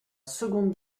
seconde